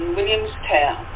Williamstown